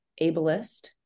ableist